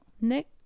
Nick